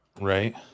Right